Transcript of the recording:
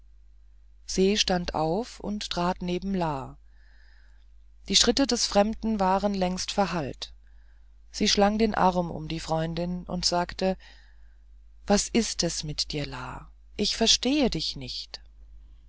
se stand auf und trat neben la die schritte des fremden waren längst verhallt sie schlang den arm um die freundin und fragte was ist es mit dir la ich verstehe dich nicht